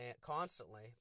constantly